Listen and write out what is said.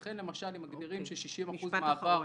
לכן, למשל, אם מגדירים ש-60% -- משפט אחרון.